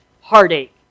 heartache